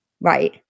Right